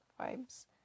vibes